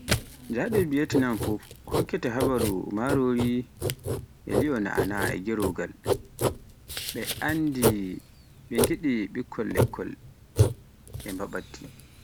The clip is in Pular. Njaɗo Viatnam fuf, hokkete habaruu, marori li'o na'ana e gerogal, e nyiri ɓe ngiɗi ɓikkol lekkol e mbaɓatti